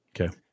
okay